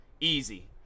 easy